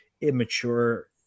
immature